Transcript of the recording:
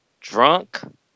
drunk